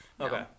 Okay